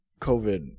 covid